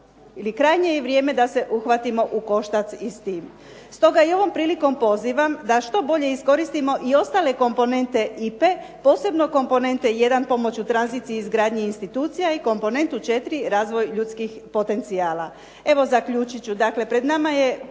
i krajnje je vrijeme da se uhvatimo u koštac i s time. Stoga i ovom prilikom pozivam da što bolje iskoristimo i ostale komponente IPA-e posebno komponente 1 pomoću tranzicije i izgradnje institucija i komponentu 4 razvoj ljudskih potencijala. Evo zaključit ću. Dakle, pred nama je